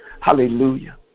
Hallelujah